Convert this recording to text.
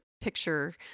picture